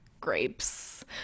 grapes